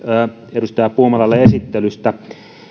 edustaja puumalalle esittelystä